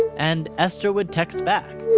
and esther would text back.